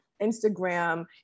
Instagram